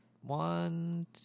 One